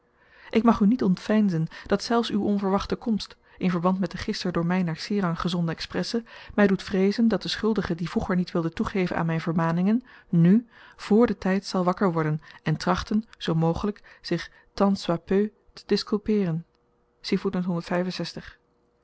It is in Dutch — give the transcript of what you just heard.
ik mag u niet ontveinzen dat zelfs uw onverwachte komst in verband met de gister door my naar serang gezonden expresse my doet vreezen dat de schuldige die vroeger niet wilde toegeven aan myn vermaningen nu vr den tyd zal wakker worden en trachten zoo mogelyk zich tant soit